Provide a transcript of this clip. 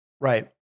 Right